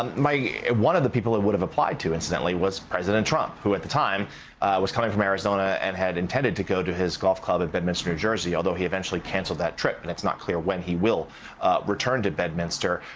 um one of the people that would have applied to incidentally was president trump who at the time was coming from arizona and had intended to go to his golf club at bedminster, new jersey, although he eventually canceled that trip, and it's not clear when he will return to bedminster